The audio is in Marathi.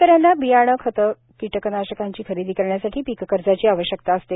शेतकऱ्यांना बियाणे खते वकीटक कनाशकांची खरेदी करण्यासाठी पीक कर्जाची आवश्यकता असते